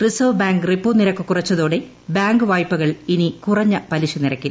reserve bank repo നിരക്ക് കുറച്ചതോടെ bank ന് വായ്പകൾ ഇനി കുറഞ്ഞ പലിശ നിരക്കിൽ